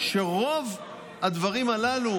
שרוב הדברים הללו,